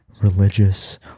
religious